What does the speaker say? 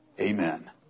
Amen